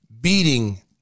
beating